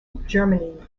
germany